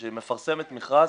כשהיא מפרסמת מכרז,